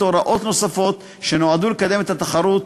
הוראות נוספות שנועדו לקדם את התחרות: